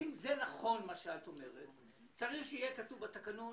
אם זה נכון מה שאת אומרת, צריך שיהיה כתוב בתקנון